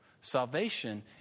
salvation